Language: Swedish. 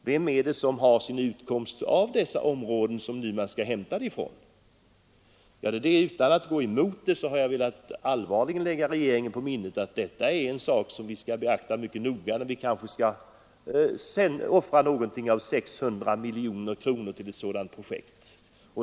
Vem äger jorden och vem har sin utkomst från dessa områden? Utan att gå emot projektet har jag velat lägga regeringen på minnet att beakta alla faktorer noga, när vi skall offra kanske 600 miljoner kronor på detta projekt.